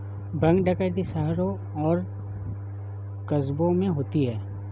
bank डकैती शहरों और कस्बों में होती है